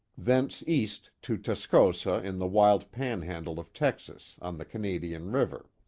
thence east to tascosa in the wild panhandle of texas, on the canadian river.